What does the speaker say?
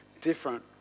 different